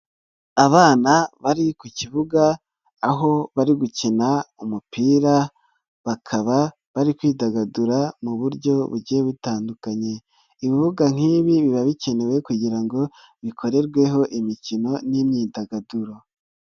Abana bari ku kibuga aho bari gukina umupira bakaba bari kwidagadura mu buryo bugiye butandukanye, ibibuga nk'ibi biba bikenewe kugira ngo bikorerweho imikino n'imyidagaduro.